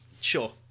Sure